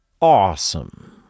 awesome